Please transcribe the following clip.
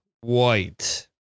White